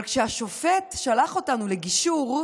אבל כשהשופט שלח אותנו לגישור,